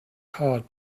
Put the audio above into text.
hard